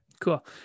cool